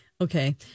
Okay